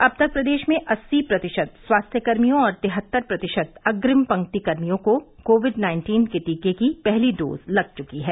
अब तक प्रदेश में अस्सी प्रतिशत स्वास्थ्य कर्मियों और तिहत्तर प्रतिशत अग्निम पंक्ति कर्मियों को कोविड नाइन्टीन के टीके की पहली डोज लग चुकी है